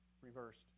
reversed